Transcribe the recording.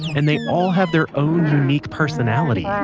and they all have their own unique personality. yeah